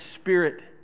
Spirit